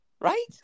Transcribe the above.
Right